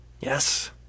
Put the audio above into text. Yes